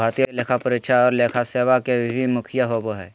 भारतीय लेखा परीक्षा और लेखा सेवा के भी मुखिया होबो हइ